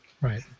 Right